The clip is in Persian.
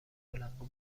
بلندگو